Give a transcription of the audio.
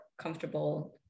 comfortable